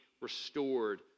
restored